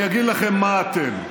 אני אגיד לכם מה אתם,